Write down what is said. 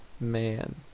Man